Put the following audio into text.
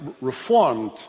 reformed